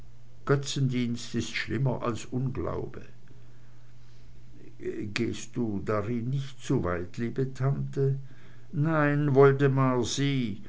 götzendienst ist schlimmer als unglaube gehst du darin nicht zu weit liebe tante nein woldemar sieh